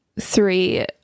three